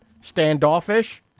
standoffish